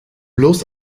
bloß